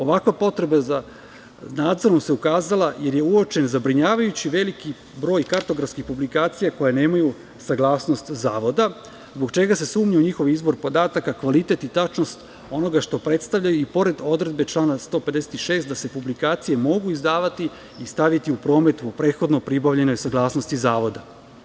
Ovakva potreba za nadzorom se ukazala, ili je uočen zabrinjavajuće veliki broj kartografskih publikacija koje nemaju saglasnost zavoda, zbog čega se sumnja u njihov izbor podataka, kvalitet i tačnost onoga što predstavljaju, i pored odredbe člana 156. - da se publikacije mogu izdavati i staviti u promet po prethodno pribavljenoj saglasnosti zavoda.